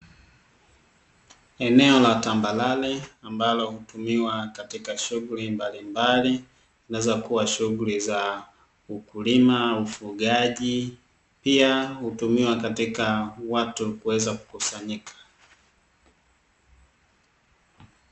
Eneo la tambalale ambalo hutumiwa katika shughuli mbalimbali, zinaweza kuwa shughuli za ukulima, ufugaji pia hutumiwa katika watu kuweza kukusanyika.